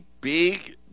big